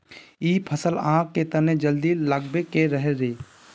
इ फसल आहाँ के तने जल्दी लागबे के रहे रे?